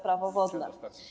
Prawo wodne.